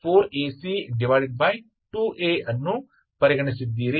ನಾವು ಇದನ್ನು ಈಗಾಗಲೇ ನೋಡಿದ್ದೇವೆ